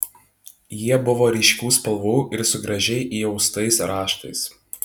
jie buvo ryškių spalvų ir su gražiai įaustais raštais